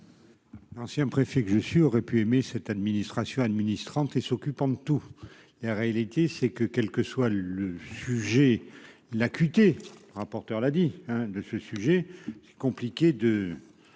L'ancien préfet que je suis aurait pu aimer cette administration administrante et s'occupant de tout, et réalité, c'est que quel que soit le sujet, l'acuité rapporteur l'a dit, hein, de ce sujet compliqué de